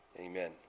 amen